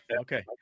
okay